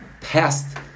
passed